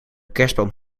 kerstboom